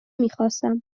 میخواستم